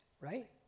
right